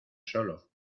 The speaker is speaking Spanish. solo